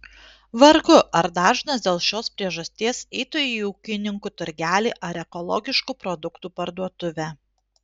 vargu ar dažnas dėl šios priežasties eitų į ūkininkų turgelį ar ekologiškų produktų parduotuvę